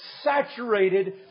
saturated